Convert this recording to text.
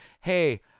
Hey